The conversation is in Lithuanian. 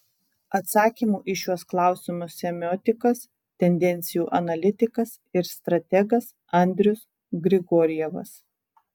atsakymų į šiuos klausimus semiotikas tendencijų analitikas ir strategas andrius grigorjevas